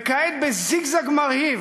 וכעת בזיגזג מרהיב